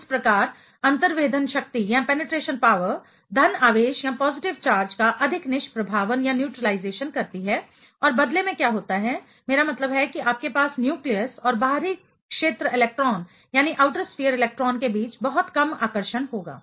और इस प्रकार अंतर्वेधन शक्ति पेनिट्रेशन पावर धन आवेश पॉजिटिव चार्ज का अधिक निष्प्रभावन न्यूट्रलाइजेशन करती है और बदले में क्या होता है मेरा मतलब है कि आपके पास न्यूक्लियस और बाहरी क्षेत्र इलेक्ट्रॉन के बीच बहुत कम आकर्षण होगा